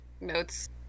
notes